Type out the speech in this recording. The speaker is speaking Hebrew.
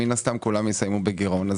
מן הסתם כולם יסיימו בגירעון.